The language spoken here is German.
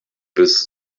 bis